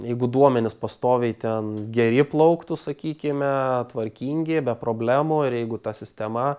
jeigu duomenys pastoviai ten geri plauktų sakykime tvarkingi be problemų ir jeigu ta sistema